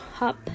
up